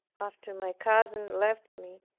after my cousin left me,